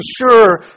sure